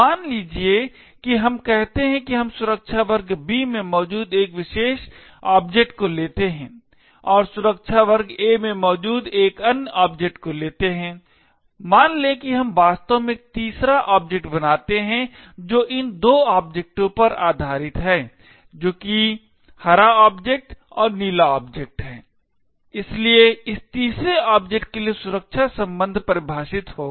मान लीजिए कि हम कहते हैं कि हम सुरक्षा वर्ग B में मौजूद एक विशेष ऑब्जेक्ट को लेते हैं और सुरक्षा वर्ग A में मौजूद एक अन्य ऑब्जेक्ट को लेते हैं मान लें कि हम वास्तव में एक तीसरी ऑब्जेक्ट बनाते हैं जो इन दो ओब्जेक्टों पर आधारित है जो कि हरा ऑब्जेक्ट और नीला ऑब्जेक्ट है इसलिए इस तीसरे ऑब्जेक्ट के लिए सुरक्षा संबंध परिभाषित होगा